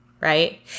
right